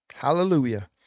Hallelujah